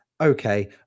okay